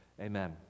Amen